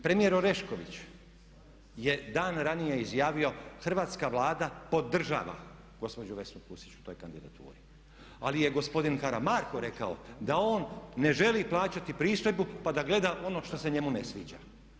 Premijer Orešković je dan ranije izjavio, Hrvatska Vlada podržava gospođu Vesnu Pusić u toj kandidaturi, ali je gospodin Karamarko da on ne želi plaćati pristojbu pa da ga gleda ono što se njemu ne sviđa.